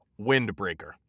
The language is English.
Windbreaker